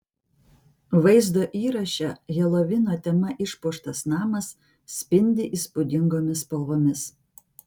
vaizdo įraše helovino tema išpuoštas namas spindi įspūdingomis spalvomis